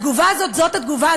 התגובה הזאת זאת התגובה,